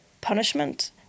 punishment